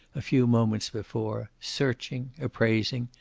a few moments before, searching, appraising,